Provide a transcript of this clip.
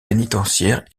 pénitentiaire